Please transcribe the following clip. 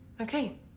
Okay